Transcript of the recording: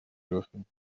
dürfen